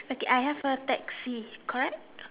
like I have a taxi okay